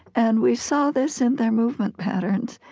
and we saw this in their movement patterns.